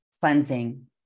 cleansing